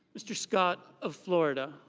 mr. scott of florida,